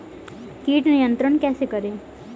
कीट नियंत्रण कैसे करें?